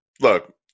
look